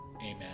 Amen